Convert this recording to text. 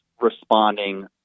responding